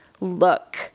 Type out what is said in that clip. look